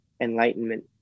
enlightenment